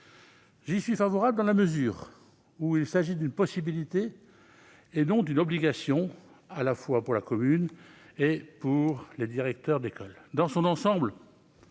J'y suis favorable, dans la mesure où il s'agit d'une possibilité et non d'une obligation, tant pour la commune que pour les directeurs d'école. Dans son ensemble,